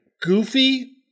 Goofy